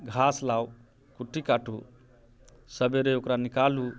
घास लाओ कुट्टी काटू सबेरे ओकरा निकालू